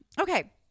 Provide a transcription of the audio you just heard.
okay